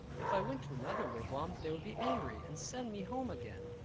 if i went to another wigwam they would be angry, and send me home again.